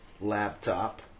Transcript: laptop